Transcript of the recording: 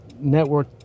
network